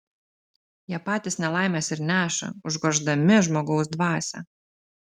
jie patys nelaimes ir neša užgoždami žmogaus dvasią